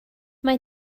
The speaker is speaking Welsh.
mae